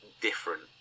different